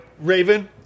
Raven